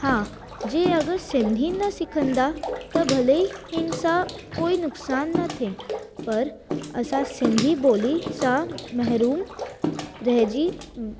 हा जे अगरि सिंधी न सिखंदा त भले हिनसां कोई नुक़सान न थिए पर असां सिंधी ॿोली सां महरूम रहिजी